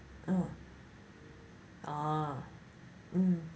uh oh mm